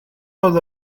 was